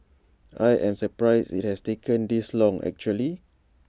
I am surprised IT has taken this long actually